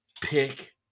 pick